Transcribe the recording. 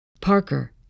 Parker